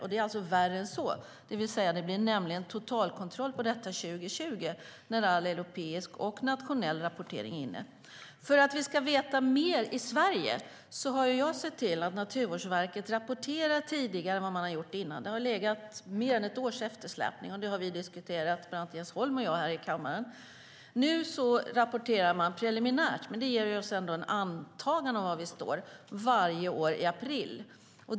Och det är värre än så, det vill säga det blir nämligen totalkontroll på detta 2020 när all europeisk och nationell rapportering är inlämnad. För att vi ska veta mer i Sverige har jag sett till att Naturvårdsverket rapporterar tidigare än vad man har gjort tidigare. Det har varit mer än ett års eftersläpning, och det har bland annat Jens Holm och jag diskuterat här i kammaren. Nu rapporterar man preliminärt varje år i april, men det ger oss ändå en antydan om var vi står.